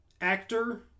actor-